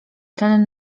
ten